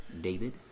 David